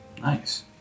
Nice